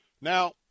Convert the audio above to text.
Now